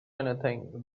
anything